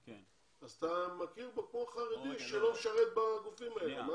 אתה מכיר בו כמו חרדי שלא משרת בגופים האלה.